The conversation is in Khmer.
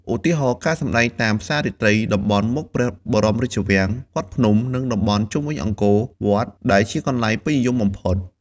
ឧទាហរណ៍ ការសម្ដែងតាមផ្សាររាត្រី តំបន់មុខព្រះបរមរាជវាំង វត្តភ្នំ និងតំបន់ជុំវិញអង្គរវត្ត ដែលជាកន្លែងពេញនិយមបំផុត។